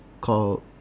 called